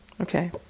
okay